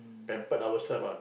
pampered ourselves lah